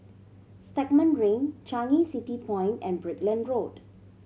Stagmont Ring Changi City Point and Brickland Road